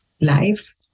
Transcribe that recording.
life